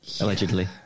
Allegedly